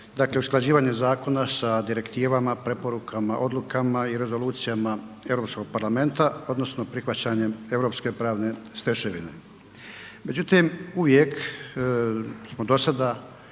bila usklađivanje zakona sa direktivama, preporukama, odlukama i rezolucijama Europskog parlamenta odnosno prihvaćanjem europske pravne stečevine. Međutim, uvijek smo do sada